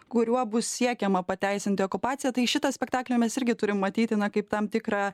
kuriuo bus siekiama pateisinti okupaciją tai šitą spektaklį mes irgi turim matyti na kaip tam tikrą